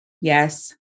yes